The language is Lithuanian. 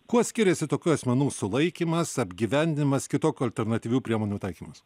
kuo skiriasi tokių asmenų sulaikymas apgyvendinimas kitokių alternatyvių priemonių taikymas